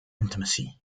intimacy